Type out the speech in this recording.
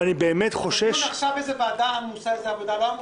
ואני באמת חושש --- אז הדיון עכשיו הוא איזו ועדה עמוסה יותר?